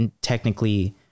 technically